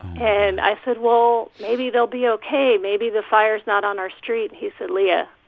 and i said, well, maybe they'll be ok. maybe the fire's not on our street. he said, leah,